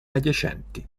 adiacenti